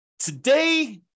Today